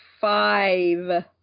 five